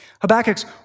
Habakkuk's